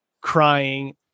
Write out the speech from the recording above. crying